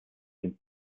dem